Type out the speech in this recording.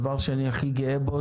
דבר שאני הכי גאה בו,